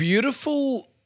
Beautiful